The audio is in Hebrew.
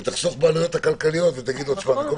ותחסוך בעלויות הכלכליות ותגיד: במקום